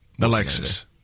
Alexis